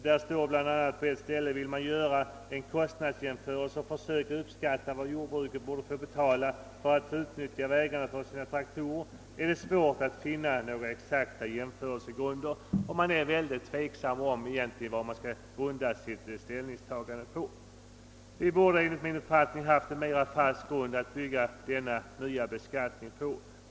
Där står bl.a.: »Vill man göra en kostnadsjämförelse och försöka uppskatta vad jorbruket borde få betala för att utnyttja vägarna för sina traktorer är det svårt att få några exakta jämförelsepunkter.» Utskottet är i själva verket mycket tveksamt i fråga om vad man skall grunda sitt ställningstagande på. Vi borde enligt min uppfattning ha haft en mera fast grund att bygga den nya beskattningen på.